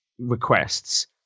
requests